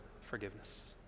forgiveness